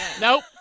Nope